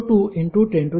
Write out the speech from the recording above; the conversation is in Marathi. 60210 19